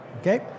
Okay